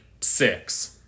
six